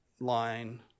line